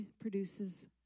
produces